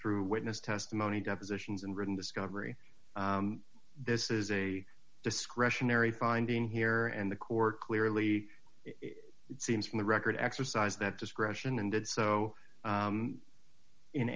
through witness testimony depositions and written discovery this is a discretionary finding here and the court clearly it seems from the record exercise that discretion and did so